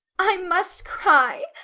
i must cry,